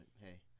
hey